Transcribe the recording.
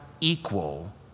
equal